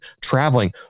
traveling